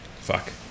fuck